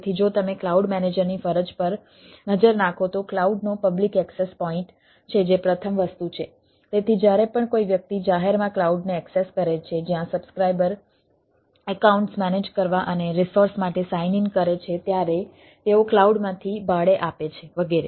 તેથી જો તમે ક્લાઉડ મેનેજરની ફરજ પર નજર નાખો તો ક્લાઉડનો પબ્લિક એક્સેસ પોઇન્ટ કરે છે ત્યારે તેઓ ક્લાઉડમાંથી ભાડે આપે છે વગેરે